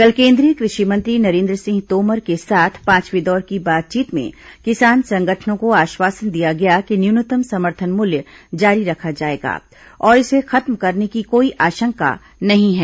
कल केंद्रीय कृषि मंत्री नरेंद्र सिंह तोमर के साथ पांचवे दौर की बातचीत में किसान संगठनों को आश्वासन दिया गया कि न्यूनतम समर्थन मूल्य जारी रखा जाएगा और इसे खत्म करने की कोई आशंका नहीं है